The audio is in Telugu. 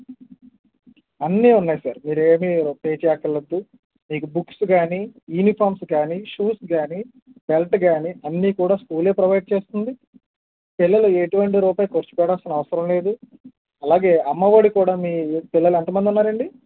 అన్నీ ఉన్నాయి సార్ మీరేమీ పే చేయనక్కర్లేదు మీకు బుక్స్ కానీ యూనిఫామ్స్ కానీ షూస్ కానీ బెల్ట్ కానీ అన్నీ కూడా స్కూల్ ఏ ప్రోవైడ్ చేస్తుంది పిల్లలు ఎటువంటి రూపాయి కూడా ఖర్చుపెట్టాల్సిన అవసరం లేదు అలాగే అమ్మ ఒడి కూడా మీ పిల్లలు ఎంతమంది ఉన్నారండి